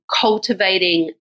cultivating